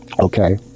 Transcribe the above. okay